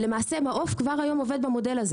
למעשה, מעוף עובד במודל הזה